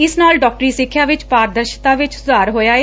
ਇਸ ਨਾਲ ਡਾਕਟਰੀ ਸਿੱਖਿਆ ਵਿਚ ਪਾਰਦਰਸਤਾ ਵਿਚ ਸੁਧਾਰ ਹੋਇਆ ਏ